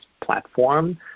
platform